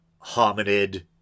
hominid